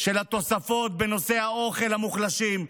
של התוספות בנושא האוכל למוחלשים,